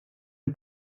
dem